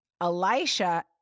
Elisha